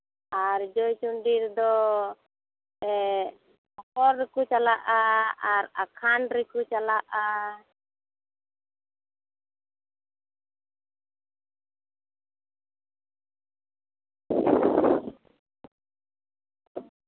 ᱟᱨ ᱡᱚᱭᱪᱚᱱᱰᱤ ᱨᱮᱫᱚ ᱢᱚᱠᱚᱨ ᱨᱮᱠᱚ ᱪᱟᱞᱟᱜᱼᱟ ᱟᱨ ᱟᱠᱷᱟᱱ ᱨᱮᱠᱚ ᱪᱟᱞᱟᱜᱼᱟ